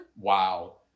wow